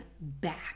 back